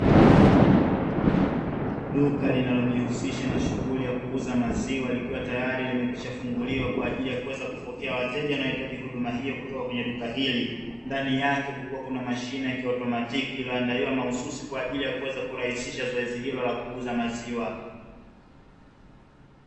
Duka linalojihusisha na shughuli ya kuuza maziwa likiwa tayari limekwishafunguliwa kwa ajili ya kuweza kupokea wateja wanaohitaji huduma hiyo kutoka kwenye duka hili, ndani yake kukiwa na mashine ya kiautomatiki iliyoandaliwa mahususi kwa ajili ya kurahisisha zoezi hilo la kuuza maziwa.